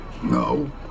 no